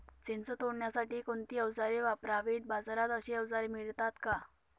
चिंच तोडण्यासाठी कोणती औजारे वापरावीत? बाजारात अशी औजारे मिळतात का?